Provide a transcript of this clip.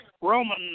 Roman